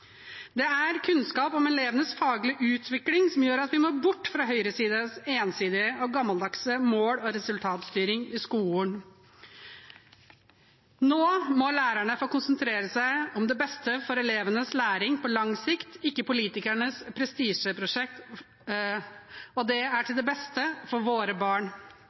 Det er kunnskap om elevenes faglige utvikling som gjør at vi må bort fra høyresidens ensidige og gammeldagse mål og resultatstyring i skolen. Nå må lærerne få konsentrere seg om det beste for elevenes læring på lang sikt, ikke politikernes prestisjeprosjekt. Det er til det beste for våre barn,